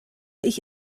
ich